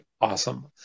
awesome